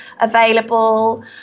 available